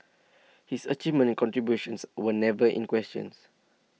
his achievements and contributions were never in questions